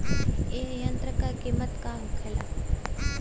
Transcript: ए यंत्र का कीमत का होखेला?